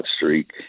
streak